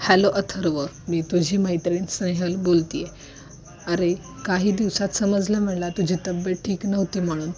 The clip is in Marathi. हॅलो अथर्व मी तुझी मैत्रीण स्नेहल बोलते आहे अरे काही दिवसात समजलं मला तुझी तब्येत ठीक नव्हती म्हणून